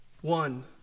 One